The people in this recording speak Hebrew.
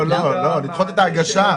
את ההגשה.